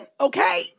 okay